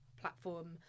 platform